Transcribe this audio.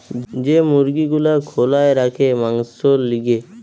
যে মুরগি গুলা খোলায় রাখে মাংসোর লিগে